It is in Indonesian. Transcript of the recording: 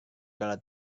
kalau